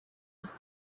was